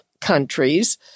countries